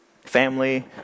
family